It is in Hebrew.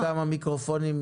הבינלאומי.